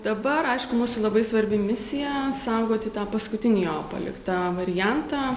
dabar aišku mūsų labai svarbi misija saugoti tą paskutinį jo paliktą variantą